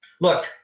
Look